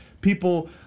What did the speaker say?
People